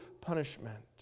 punishment